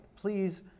please